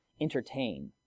entertain